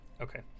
Okay